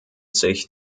sich